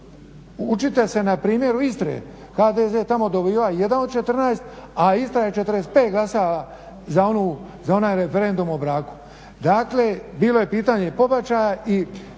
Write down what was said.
Učite se na primjeru Istre. HDZ tamo dobiva 1 od 14, a Istra je 45 glasala za onaj referendum o braku. Dakle, bilo je pitanje pobačaja i